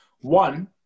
One